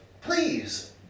Please